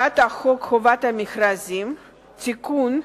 חוק חובת המכרזים (תיקון,